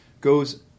goes